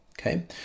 okay